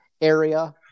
area